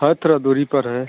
है थोड़ी दूरी पर है